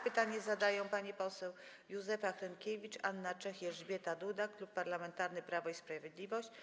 Pytanie zadają panie posłanki Józefa Hrynkiewicz, Anna Czech i Elżbieta Duda, Klub Parlamentarny Prawo i Sprawiedliwość.